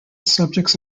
subjects